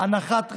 אנחת רווחה,